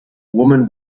woman